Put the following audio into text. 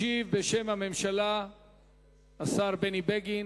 ישיב בשם הממשלה השר בני בגין,